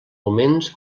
moments